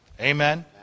Amen